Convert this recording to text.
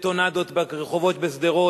ובטונדות ברחובות בשדרות,